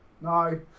No